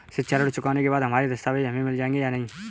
शिक्षा ऋण चुकाने के बाद हमारे दस्तावेज हमें मिल जाएंगे या नहीं?